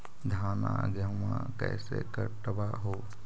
धाना, गेहुमा कैसे कटबा हू?